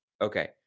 okay